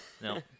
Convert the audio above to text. no